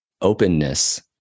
openness